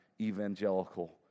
evangelical